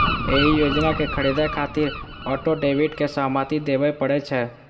एहि योजना कें खरीदै खातिर ऑटो डेबिट के सहमति देबय पड़ै छै